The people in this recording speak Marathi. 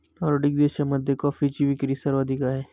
नॉर्डिक देशांमध्ये कॉफीची विक्री सर्वाधिक आहे